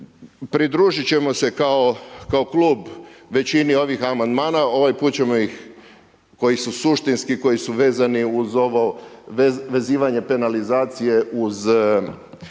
pridružit ćemo se kao Klub većini ovih amandmana, ovaj put ćemo ih, koji su suštinski, koji su vezani uz ovo vezivanje penalizacije uz